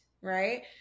right